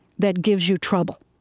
that gives you trouble?